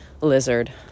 lizard